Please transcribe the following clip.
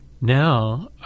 Now